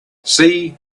see